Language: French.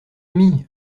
demie